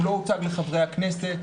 הוא לא הוצג לחברי הכנסת.